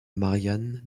marianne